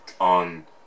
on